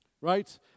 right